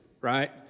right